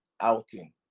outing